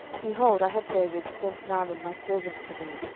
behold, i have therewith sent naaman my servant to thee,